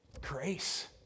grace